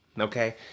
Okay